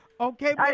Okay